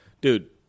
Dude